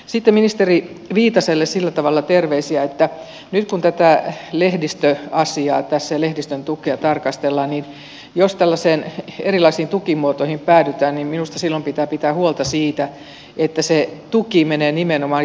sitten ministeri viitaselle sillä tavalla terveisiä että nyt kun tässä tätä lehdistöasiaa ja lehdistön tukea tarkastellaan niin jos tällaisiin erilaisiin tukimuotoihin päädytään niin minusta silloin pitää pitää huolta siitä että se tuki menee nimenomaan journalismin hyväksi